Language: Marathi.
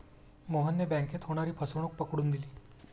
मोहनने बँकेत होणारी फसवणूक पकडून दिली